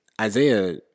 Isaiah